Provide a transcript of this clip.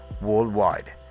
worldwide